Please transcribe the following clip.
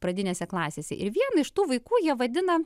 pradinėse klasėse ir vieną iš tų vaikų jie vadina